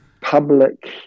public